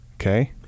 Okay